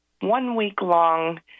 one-week-long